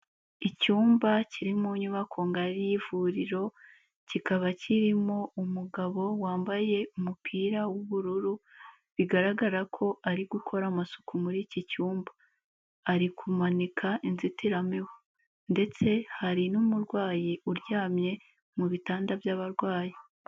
Icyumba kiri mu nyubako ngari y'ivuriro, kikaba kirimo umugabo wambaye umupira w'ubururu, bigaragara ko ari gukora amasuku muri iki cyumba. Ari kumanika inzitiramibu. Ndetse hari n'umurwayi uryamye mu bitanda by'abarwayi.